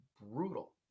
brutal